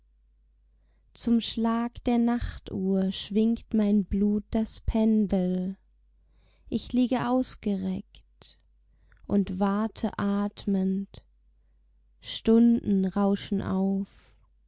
zum schlag der nachtuhr schwingt mein blut das pendel ich liege ausgereckt und warte atmend stunden rauschen auf